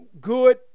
good